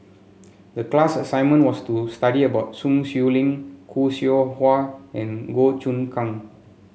the class assignment was to study about Sun Xueling Khoo Seow Hwa and Goh Choon Kang